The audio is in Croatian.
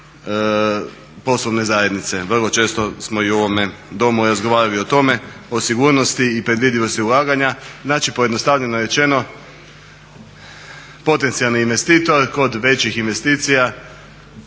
poslovne zajednice. Vrlo često smo i u ovome Domu razgovarali o tome, o sigurnosti i predvidivosti ulaganja. Znači, pojednostavljeno rečeno potencijalni investitor kod većih investicija,